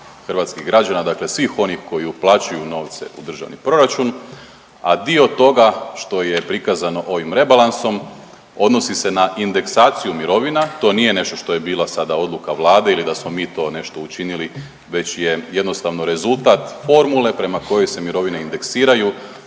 hrvatskih građana, dakle svih onih koji uplaćuju novce u državni proračun, a dio toga što je prikazano ovim rebalansom odnosi se na indeksaciju mirovina. To nije nešto što je bilo sada odluka Vlade ili da smo mi to nešto učinili već je jednostavno rezultat formule prema kojoj se mirovine indeksiraju.